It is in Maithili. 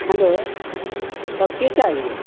हेलो तब की कहियो